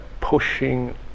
pushing